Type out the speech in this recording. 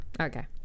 okay